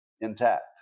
intact